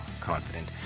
confident